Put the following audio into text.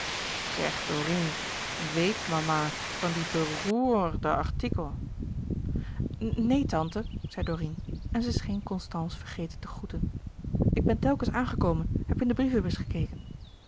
zeg dorine weèt mama van die beroèrrde artikel neen tante zei dorine en zij scheen constance vergeten te groeten ik ben telkens aangekomen heb in de brievenbus gekeken